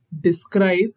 describe